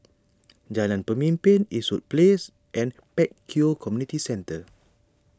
Jalan Pemimpin Eastwood Place and Pek Kio Community Centre